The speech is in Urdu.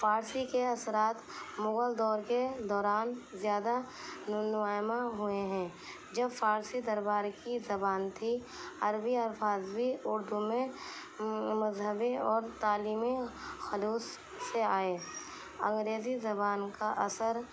فارسی کے اثرات مغل دور کے دوران زیادہ نمایاں ہوئے ہیں جب فارسی دربار کی زبان تھی عربی الفاظ بھی اردو میں مذہبی اور تعلیمی خلوص سے آئے انگریزی زبان کا اثر